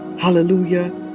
Hallelujah